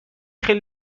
خیلی